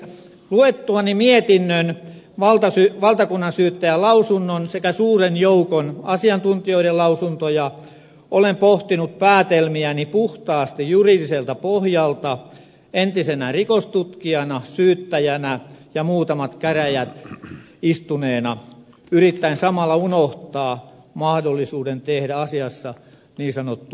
luettuani mietinnön valtakunnansyyttäjän lausunnon sekä suuren joukon asiantuntijoiden lausuntoja olen pohtinut päätelmiäni puhtaasti juridiselta pohjalta entisenä rikostutkijana syyttäjänä ja muutamat käräjät istuneena yrittäen samalla unohtaa mahdollisuuden tehdä asiassa niin sanottua politiikkaa